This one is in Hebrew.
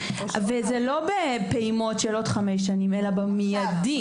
לא בפעימות של עוד חמש שנים אלא במיידי.